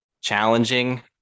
challenging